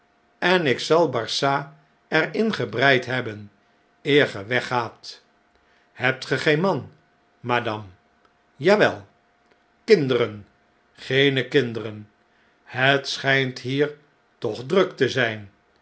en ik zal barsad er in gebreid hebben eer ge weggaat hebt ge geen man madame ja wel kinderen geene kinderen het schijnt hier toch druk te zgn